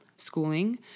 Schooling